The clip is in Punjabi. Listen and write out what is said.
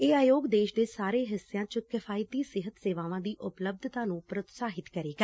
ਇਹ ਆਯੋਗ ਦੇਸ਼ ਦੇ ਸਾਰੇ ਹਿੱਸਿਆਂ ਚ ਕਿਫ਼ਾਇਤੀ ਸਿਹਤ ਸੇਵਾਵਾਂ ਦੀ ਉਪਲੱਬਧਤਾ ਨੂੰ ਪ੍ਰੋਤਸਾਹਿਤ ਕਰੇਗਾ